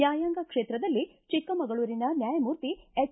ನ್ಕಾಯಾಂಗ ಕ್ಷೇತ್ರದಲ್ಲಿ ಚಿಕ್ಕಮಗಳೂರಿನ ನ್ಯಾಯಮೂರ್ತಿ ಎಚ್